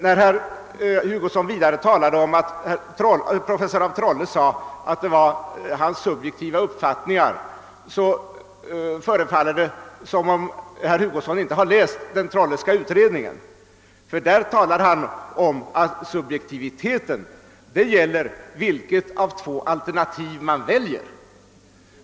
När herr Hugosson vidare talade om att professor af Trolles undersökning bara innehöll hans subjektiva uppfattningar föreföll det som om herr Hugosson inte hade läst utredningen. Där talar af Trolle om att subjektiviteten gäller vilket av två alternativ man väljer.